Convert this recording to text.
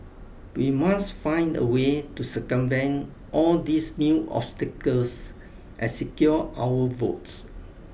we must find a way to circumvent all these new obstacles and secure our votes